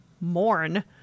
mourn